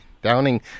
Downing